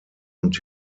und